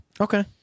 okay